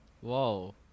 whoa